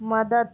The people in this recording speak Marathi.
मदत